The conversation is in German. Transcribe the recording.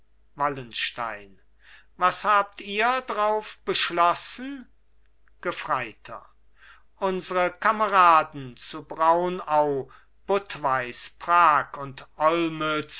wallenstein was habt ihr drauf beschlossen gefreiter unsre kameraden zu braunau budweis prag und